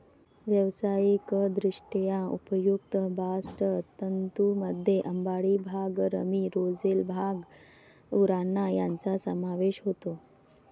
व्यावसायिकदृष्ट्या उपयुक्त बास्ट तंतूंमध्ये अंबाडी, भांग, रॅमी, रोझेल, भांग, उराणा यांचा समावेश होतो